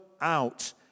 out